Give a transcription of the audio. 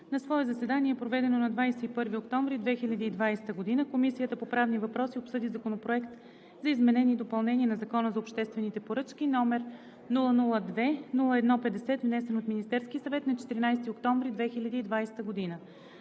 На свое заседание, проведено на 21 октомври 2020 г., Комисията по правни въпроси обсъди Законопроект за изменение и допълнение на Закона за обществените поръчки, № 002-01-50, внесен от Министерския съвет на 14 октомври 2020 г.